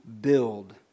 build